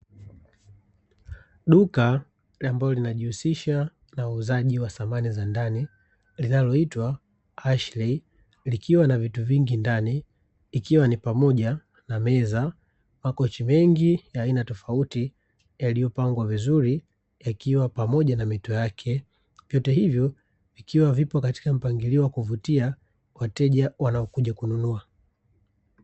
Duka ambalo linajihusisha na uuzaji wa samani za ndani linaloitwa "ASHLEY" likiwa na vitu vingi ndani ikiwa ni pamoja na meza, makochi mengi ya aina tofauti yaliyopangwa vizuri, yakiwa pamoja na mito yake, vyote hivyo vikiwa katika mpangilio wa kuvutia wateja wanaokuja kununua.